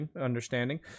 understanding